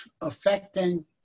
affecting